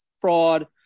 fraud